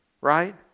Right